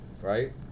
right